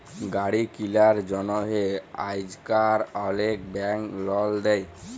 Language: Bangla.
গাড়ি কিলার জ্যনহে আইজকাল অলেক ব্যাংক লল দেই